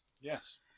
Yes